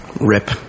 Rip